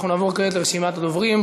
אנחנו נעבור כעת לרשימת הדוברים.